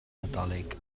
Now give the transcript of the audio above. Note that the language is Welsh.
nadolig